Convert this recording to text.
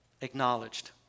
acknowledged